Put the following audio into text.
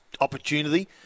opportunity